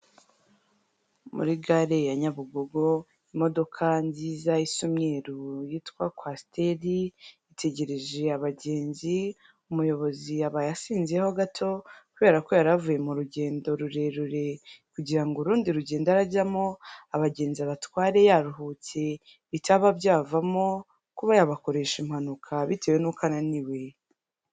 Muri gare ya Nyabugogo, imodoka nziza isa umweru yitwa kwasiteri, itegereje abagenzi, umuyobozi yabaye asinziriyeho gato kubera ko yari avuye mu rugendo rurerure, kugira ngo urundi rugendo arajyamo, abagenzi batware yaruhutse bitaba byavamo kuba yabakoresha impanuka bitewe n'uko ananiwe.